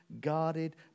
guarded